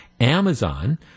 Amazon